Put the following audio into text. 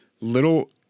little